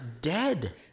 dead